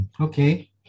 okay